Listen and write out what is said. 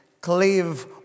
cleave